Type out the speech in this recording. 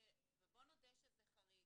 ובוא נודה שזה חריג,